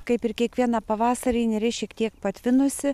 kaip ir kiekvieną pavasarį neris šiek tiek patvinusi